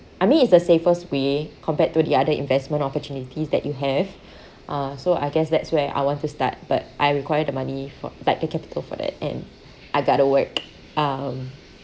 I mean it's the safest way compared to the other investment opportunities that you have uh so I guess that's where I want to start but I require the money for like the capital for it and I gotta work um